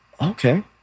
Okay